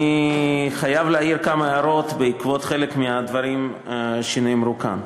אני חייב להעיר כמה הערות בעקבות חלק מהדברים שנאמרו כאן.